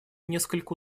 несколько